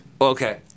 Okay